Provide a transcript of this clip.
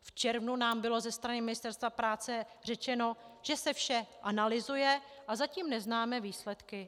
V červnu nám bylo ze strany Ministerstva práce řečeno, že se vše analyzuje, a zatím neznáme výsledky analýzy.